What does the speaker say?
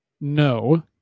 No